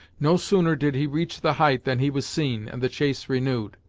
no sooner did he reach the height than he was seen, and the chase renewed.